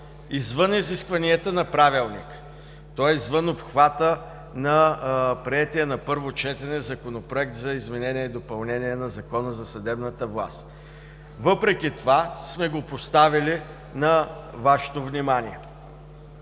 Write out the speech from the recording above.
извън изискванията на Правилника. То е извън обхвата на приетия на първо четене Законопроект за изменение и допълнение на Закона за съдебната власт. Въпреки това сме го поставили на Вашето внимание.